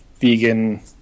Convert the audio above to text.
vegan